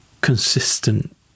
consistent